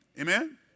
Amen